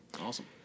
Awesome